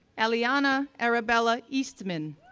alyana arabella eastman,